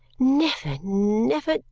never, never,